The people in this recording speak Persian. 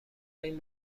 این